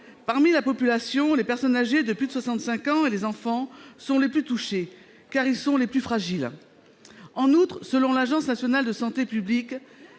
Parmi la population, les personnes âgées de plus de soixante-cinq ans et les enfants sont les plus touchés, car ils sont les plus fragiles. Selon l'Agence nationale de santé publique,